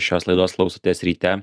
šios laidos klausotės ryte